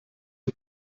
den